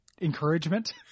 encouragement